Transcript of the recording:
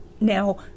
now